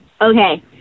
Okay